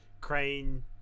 Crane